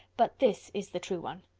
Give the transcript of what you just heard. but this is the true one.